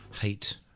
hate